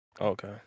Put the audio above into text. Okay